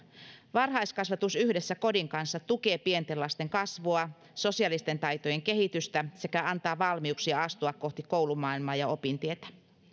varhaiskasvatus yhdessä kodin kanssa tukee pienten lasten kasvua sosiaalisten taitojen kehitystä sekä antaa valmiuksia astua kohti koulumaailmaa ja opintietä